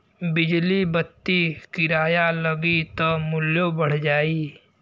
बिजली बत्ति किराया लगी त मुल्यो बढ़ जाई